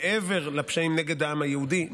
מעבר לפשעים נגד העם היהודי,